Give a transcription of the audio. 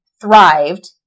thrived